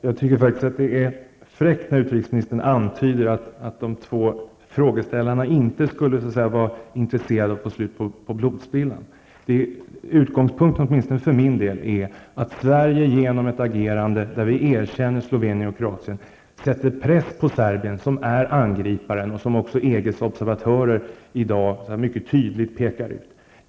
Fru talman! Jag tycker att det är fräckt när utrikesministern antyder att de två frågeställarna inte skulle vara intresserade av att få slut på blodspillan. Utgångspunkten för mig är att Sverige genom ett agerande där vi erkänner Slovenien och Kroatien sätter press på Serbien som är angripare. EGs observatörer pekar mycket tydligt ut Serbien.